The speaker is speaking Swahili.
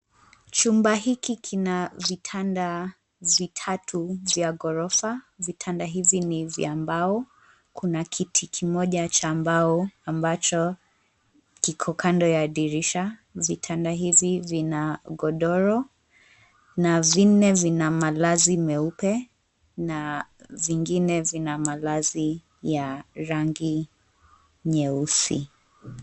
Chumba hiki kina vitanda vitatu vya ghorofa. Vitanda hivi ni vya mbao. Kuna kiti kimoja cha mbao ambacho kiko kando ya dirisha. Vitanda hivi vina godoro na vinne vina malazi meupe na vingine vina malazi ya rangi nyeusi.